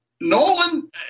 Nolan